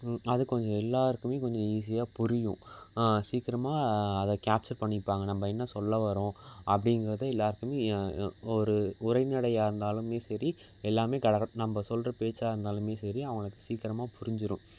அது கொஞ்சம் எல்லாருக்குமே கொஞ்சம் ஈஸியாக புரியும் சீக்கிரமாக அதை கேப்சர் பண்ணிப்பாங்க நம்ம என்ன சொல்ல வரோம் அப்படிங்குறது எல்லாருக்குமே ஒரு உரைநடையாக இருந்தாலுமே சரி எல்லாமே நம்ம சொல்கிற பேச்சாக இருந்தாலுமே சரி அவங்களுக்கு சீக்கிரமாக புரிஞ்சிடும்